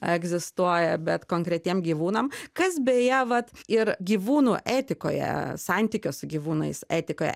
egzistuoja bet konkretiem gyvūnam kas beje vat ir gyvūnų etikoje santykio su gyvūnais etikoje